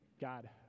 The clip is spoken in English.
God